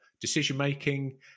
decision-making